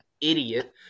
idiot